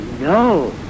no